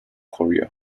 korea